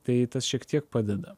tai tas šiek tiek padeda